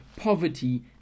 poverty